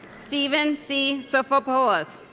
steven c. sofopoulos